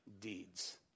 deeds